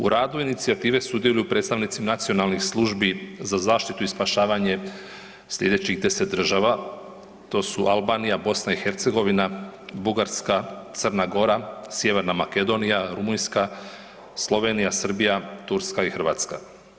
U radu inicijative sudjeluju predstavnici nacionalnih službi za zaštitu i spašavanje slijedećih 10 država, to su Albanija, BiH, Bugarska, Crna Gora, Sjeverna Makedonija, Rumunjska, Slovenija, Srbija, Turska i Hrvatska.